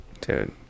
Dude